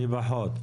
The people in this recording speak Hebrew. אני פחות.